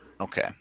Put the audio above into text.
Okay